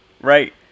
right